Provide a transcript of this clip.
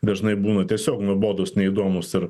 dažnai būna tiesiog nuobodūs neįdomūs ir